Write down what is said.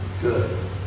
Good